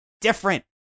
different